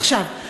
עכשיו,